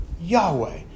Yahweh